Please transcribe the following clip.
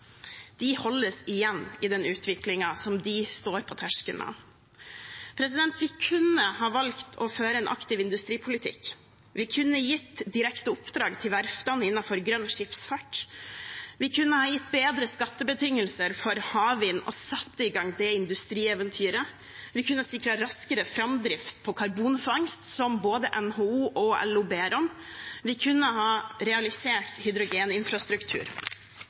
kunne ha valgt å føre en aktiv industripolitikk. Vi kunne ha gitt direkte oppdrag til verftene innenfor grønn skipsfart. Vi kunne ha gitt bedre skattebetingelser for havvind og satt i gang det industrieventyret. Vi kunne ha sikret raskere framdrift for karbonfangst, som både NHO og LO ber om. Vi kunne ha realisert